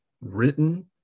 written